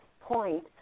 point